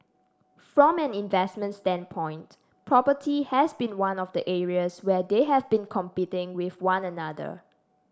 from an investment standpoint property has been one of the areas where they have been competing with one another